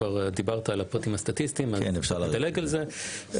כבר דיברת על הפרטים הסטטיסטיים ואפשר לדלג על זה.